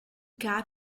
cat